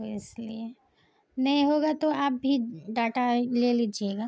تو اس لیے نہیں ہوگا تو آپ بھی ڈاٹا لے لیجیے گا